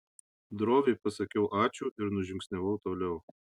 droviai pasakiau ačiū ir nužingsniavau toliau